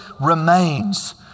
remains